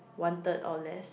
one third or less